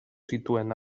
zituen